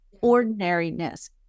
ordinariness